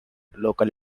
local